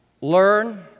learn